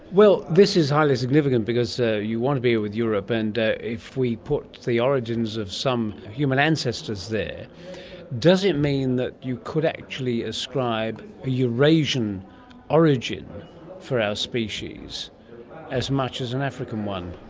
this is highly significant because ah you want to be with europe, and if we put the origins of some human ancestors there does it mean that you could actually ascribe a eurasian origin for our species as much as an african one?